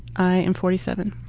i'm forty seven.